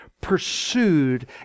pursued